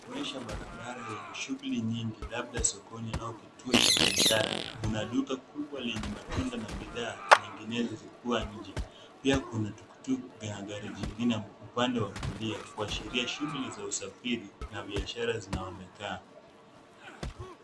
Inaonyesha barabara yenye shughuli nyingi labda sokoni au kituo cha biashara. Kuna duka kubwa lenye matunda na bidhaa nyinginezo zikiwa nje pia kuna tuktuk na gari jingine upande wa kulia kuashiria shughuli za usafiri na biashara zinaonekana.